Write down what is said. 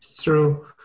True